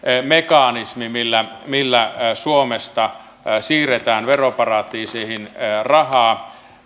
mekanismi millä millä suomesta siirretään veroparatiiseihin rahaa